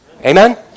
Amen